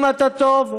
אם אתה טוב,